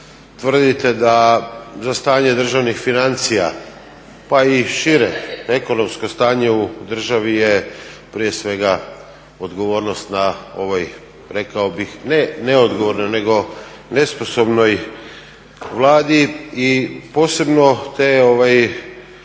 tvrdite da … državnih financija pa i šire ekonomsko stanje u državi je prije svega odgovornost na ovoj rekao bih ne neodgovornoj nego nesposobnoj Vladi i posebno te opservacije